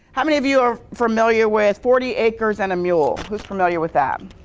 how many of you are familiar with forty acres and a mule? who's familiar with that?